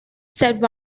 said